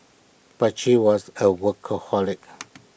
but she was A workaholic